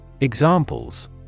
Examples